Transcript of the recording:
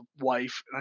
wife